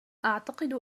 أعتقد